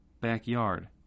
backyard